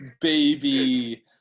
baby